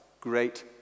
great